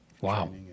Wow